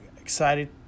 excited